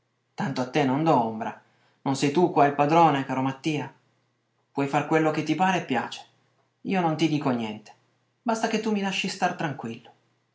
tanto a te non do ombra non sei tu qua il padrone caro mattia puoi far quello che ti pare e piace io non ti dico niente basta che tu mi lasci star tranquillo